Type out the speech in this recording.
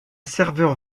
serveur